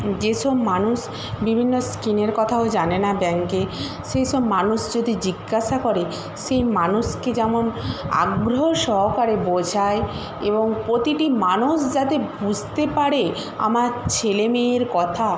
যেসব মানুষ বিভিন্ন স্কিমের কথাও জানে না ব্যাংকে সেসব মানুষ যদি জিজ্ঞাসা করে সেই মানুষকে যেমন আগ্রহ সহকারে বোঝায় এবং প্রতিটি মানুষ যাতে বুঝতে পারে আমার ছেলে মেয়ের কথা